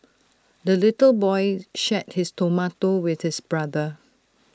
the little boy shared his tomato with his brother